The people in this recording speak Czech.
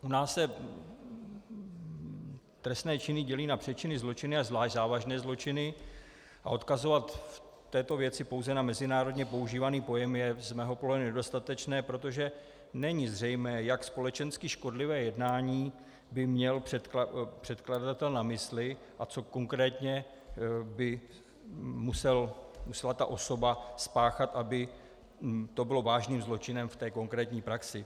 U nás se trestné činy dělí na přečiny, zločiny a zvlášť závažné zločiny a odkazovat v této věci pouze na mezinárodně používaný pojem je z mého pohledu nedostatečné, protože není zřejmé, jak společensky škodlivé jednání by měl předkladatel na mysli a co konkrétně by musela ta osoba spáchat, aby to bylo vážným zločinem v té konkrétní praxi.